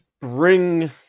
bring